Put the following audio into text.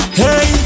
hey